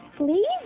Please